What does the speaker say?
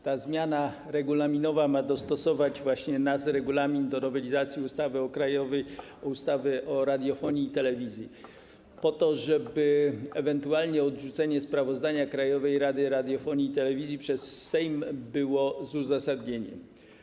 Ta zmiana regulaminowa ma dostosować właśnie nasz regulamin do nowelizacji ustawy o radiofonii i telewizji po to, żeby ewentualne odrzucenie sprawozdania Krajowej Rady Radiofonii i Telewizji przez Sejm było z uzasadnieniem.